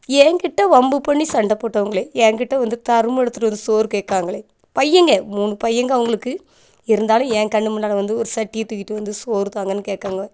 எங்கிட்ட வம்பு பண்ணி சண்டை போட்டவங்களே எங்கிட்ட வந்து தருமம் எடுத்துட்டு வந்து சோறு கேட்காங்களே பையங்க மூணு பையங்க அவங்களுக்கு இருந்தாலும் என் கண்ணு முன்னால் வந்து ஒரு சட்டியை தூக்கிட்டு வந்து சோறு தாங்கன்னு கேட்காங்க